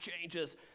changes